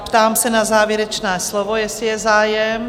Ptám se na závěrečné slovo, jestli je zájem?